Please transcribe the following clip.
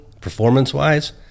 performance-wise